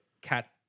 cat